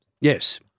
Yes